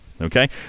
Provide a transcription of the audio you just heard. Okay